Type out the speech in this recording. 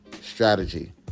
strategy